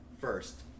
first